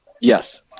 Yes